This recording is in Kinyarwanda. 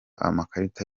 amakarita